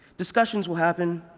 discussions will happen.